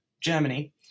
Germany